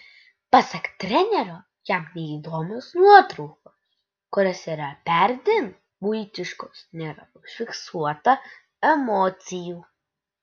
pasak trenerio jam neįdomios nuotraukos kurios yra perdėm buitiškos nėra užfiksuota emocijų